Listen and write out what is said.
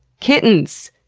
kittens!